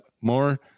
more